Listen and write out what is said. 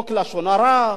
חוק לשון הרע,